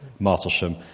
Martlesham